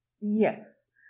Yes